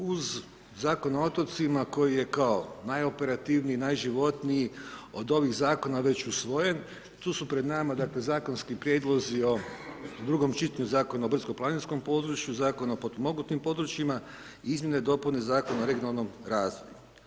Uz zakon o otocima, koji je kao najoperativniji, najživotniji, od ovih zakona već usvojen, tu su pred nama zakonski prijedlozi o drugom čitanju Zakona o brdsko planinskom područja, Zakona o potpomognutim područjima, izmjene i dopune Zakona o regionalnom razvoju.